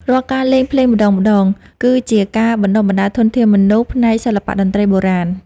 រាល់ការលេងភ្លេងម្ដងៗ គឺជាការបណ្ដុះបណ្ដាលធនធានមនុស្សផ្នែកសិល្បៈតន្ត្រីបុរាណ។